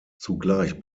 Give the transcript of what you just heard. zugleich